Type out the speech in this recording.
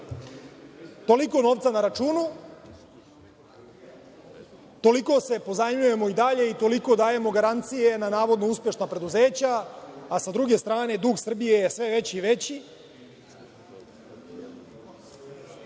Srbije. Toliko novca na računu, toliko se pozajmljujemo i dalje i toliko dajemo garancije na navodno uspešna preduzeća, a s druge strane dug Srbije je sve veći i